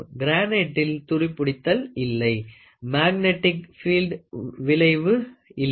கிரானைட்டில் துருப்பிடித்தல் இல்லை மேக்நெடிக் பீல்டின் விளைவு இல்லை